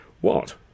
What